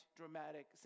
dramatic